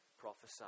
prophesied